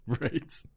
Right